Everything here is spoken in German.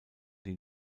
die